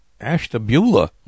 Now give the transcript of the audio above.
Ashtabula